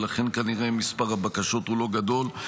ולכן כנראה מספר הבקשות הוא לא גדול,